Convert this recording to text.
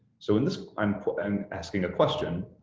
so in this, i'm i'm asking a question.